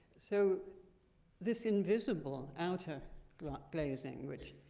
so this invisible outer glazing, which,